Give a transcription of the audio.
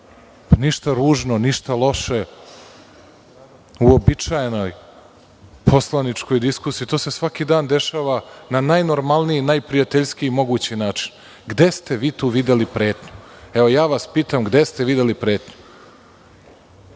Ništa ružno, ništa loše. U uobičajenoj poslaničkoj diskusiji, to se svaki dan dešava na najnormalniji, najprijateljskiji mogući način. Gde ste vi tu videli pretnju? Evo, ja vas pitam – gde ste videli pretnju?